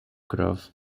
grove